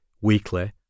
weekly